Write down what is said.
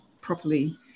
properly